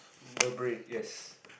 Burberry yes